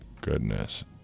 goodness